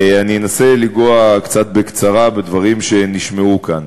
אנסה לגעת בקצרה בדברים שנשמעו כאן.